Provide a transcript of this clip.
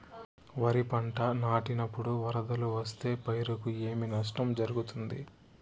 వరిపంట నాటినపుడు వరదలు వస్తే పైరుకు ఏమి నష్టం జరుగుతుంది?